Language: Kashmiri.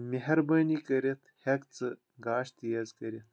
مہربٲنی کٔرِتھ ہیٚک ژٕ گاش تیٖز کٔرِتھ